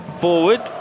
forward